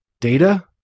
data